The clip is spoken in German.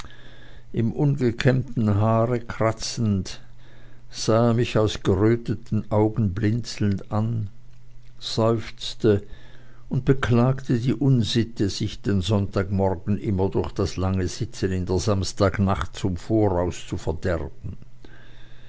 im ungekämmten haare kratzend sah er mich aus geröteten augen blitzelnd an seufzte und behagte die unsitte sich den sonntagmorgen immer durch das lange sitzen in der samstagsnacht zum voraus zu verderben